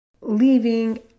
leaving